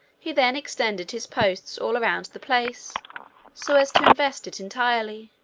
he then extended his posts all around the place so as to invest it entirely.